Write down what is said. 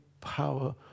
power